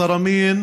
היושב-ראש,